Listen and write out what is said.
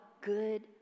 good